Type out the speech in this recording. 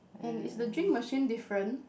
and is the drink machine different